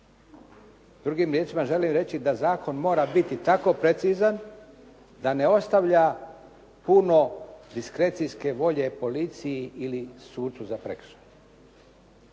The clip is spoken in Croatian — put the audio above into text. Drugim riječima želim reći da zakon mora biti tako precizan da ne ostavlja puno diskrecijske volje policiji ili sucu za prekršaje.